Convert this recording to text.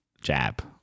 jab